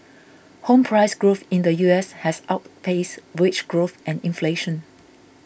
home price growth in the U S has outpaced wage growth and inflation